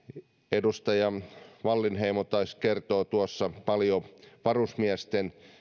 edustaja wallinheimo taisi kertoa tuossa mikä on varusmiesten